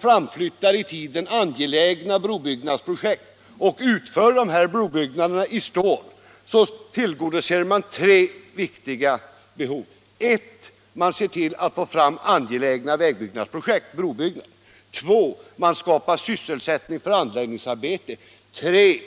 framflyttar angelägna brobyggnadsprojekt och utför dessa brobyggnader i stål, så tillgodoser man tre viktiga behov: 1. Man ser till att få fram angelägna brobyggnader. 2. Man skapar sysselsättning för anläggningsarbetare. 3.